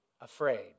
afraid